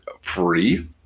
free